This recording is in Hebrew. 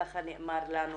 ככה נאמר לנו